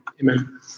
Amen